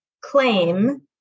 claim